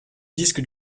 disques